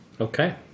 Okay